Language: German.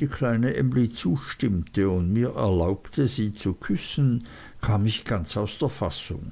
die kleine emly zustimmte und mir erlaubte sie zu küssen kam ich ganz aus der fassung